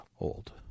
old